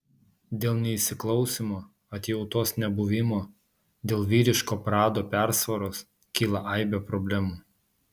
dėl neįsiklausymo atjautos nebuvimo dėl vyriško prado persvaros kyla aibė problemų